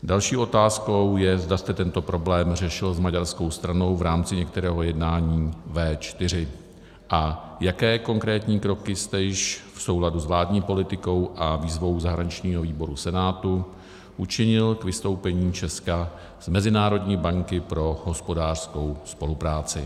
Další otázkou je, zda jste tento problém řešil s maďarskou stranou v rámci některého jednání V4 a jaké konkrétní kroky jste již v souladu s vládní politikou a výzvou zahraničního výboru Senátu učinil k vystoupení Česka z Mezinárodní banky pro hospodářskou spolupráci.